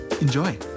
Enjoy